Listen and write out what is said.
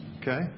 Okay